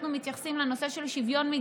יחד עם זה, האחריות לצער בעלי חיים.